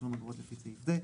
בתשלום אגרות לפי סעיף זה,